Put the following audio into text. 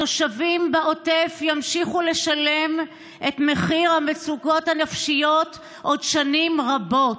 התושבים בעוטף ימשיכו לשלם את מחיר המצוקות הנפשיות עוד שנים רבות.